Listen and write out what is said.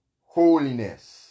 holiness